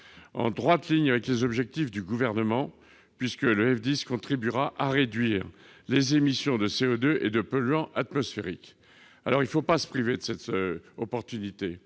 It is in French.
en droite ligne avec les objectifs du Gouvernement, puisque le F10 contribuera à réduire les émissions de CO2 et de polluants atmosphériques. Ne nous privons pas de cette opportunité